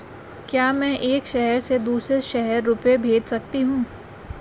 क्या मैं एक शहर से दूसरे शहर रुपये भेज सकती हूँ?